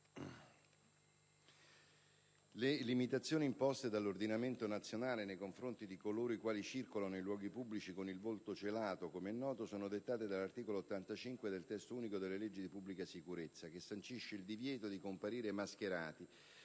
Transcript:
le limitazioni imposte dall'ordinamento nazionale nei confronti di coloro i quali circolano in luoghi pubblici con il volto celato, come noto, sono dettate dall'articolo 85 del Testo unico delle leggi di pubblica sicurezza, che sancisce il divieto di comparire mascherati,